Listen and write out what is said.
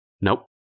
Nope